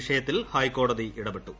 വിഷയത്തിൽ ഹൈക്കോടതി ഇടപെട്ടു